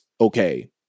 okay